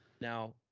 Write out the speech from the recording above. Now